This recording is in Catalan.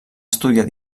estudiar